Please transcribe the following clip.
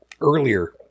earlier